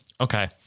okay